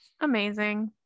amazing